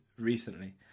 recently